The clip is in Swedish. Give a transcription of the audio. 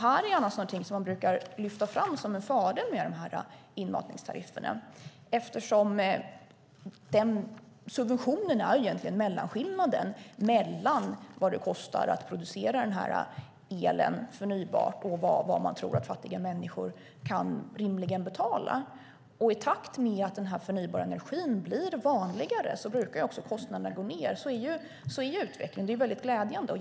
Men någonting man brukar lyfta fram som en fördel med inmatningstarifferna är att eftersom subventionen egentligen är mellanskillnaden mellan vad det kostar att producera elen förnybart och vad man tror att fattiga människor rimligen kan betala, så brukar kostnaderna gå ned i takt med att den förnybara energin blir vanligare. Så är utvecklingen, vilket är väldigt glädjande.